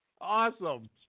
Awesome